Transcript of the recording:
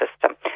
system